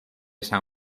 san